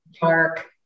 dark